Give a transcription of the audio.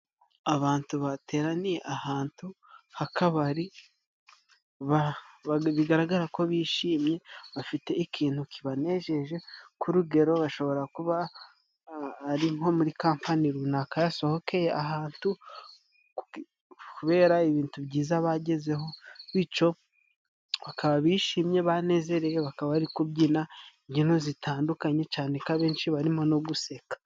Abantu bateraniye ahantu h'akabari, ba bigaragara ko bishimye bafite ikintu kibanejeje, nk'urugero bashobora kuba ari nko muri kampani runaka yasohokeye ahantu kubera ibintu byiza bagezeho. Bico bakaba bishimye banezerewe, bakaba bari kubyina inbyino zitandukanye cyane ko abenshi barimo no guseka.